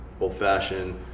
old-fashioned